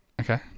Okay